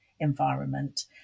environment